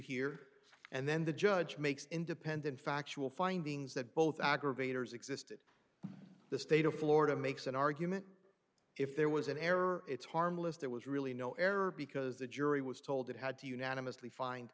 here and then the judge makes independent factual findings that both aggravators existed the state of florida makes an argument if there was an error it's harmless there was really no error because the jury was told it had to unanimously find